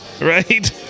Right